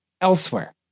elsewhere